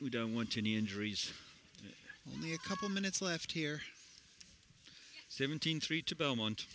we don't want any injuries only a couple minutes left here seventeen three to belmont